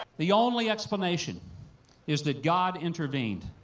the only explanation is that god intervened,